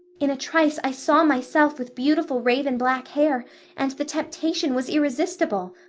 in a trice i saw myself with beautiful raven-black hair and the temptation was irresistible.